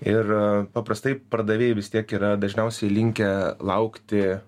ir paprastai pardavėjai vis tiek yra dažniausiai linkę laukti